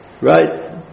Right